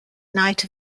night